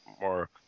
more